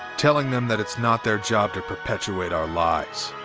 telling them that it's not their job to perpetuate our lies.